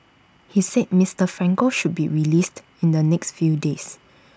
he said Mister Franco should be released in the next few days